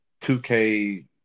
2K